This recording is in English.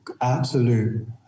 Absolute